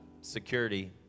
security